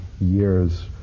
years